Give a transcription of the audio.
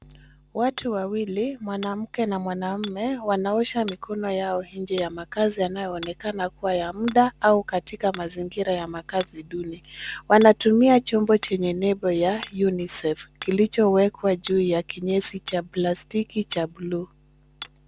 Watu wawili, mwanamke na mwanaume wanaosha mikono yao nje ya makazi yanayoonekana kuwa ya muda au katika mazingira ya makazi duni. Wanatumia chombo chenye nembo ya UNICEF kilichowekwa juu ya kinyesi cha plastiki cha buluu.